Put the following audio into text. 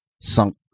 sunk